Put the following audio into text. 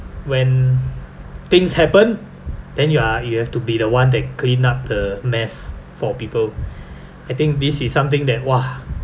when things happen then you are you have to be the one to clean up the mess for people I think this is something that !wah!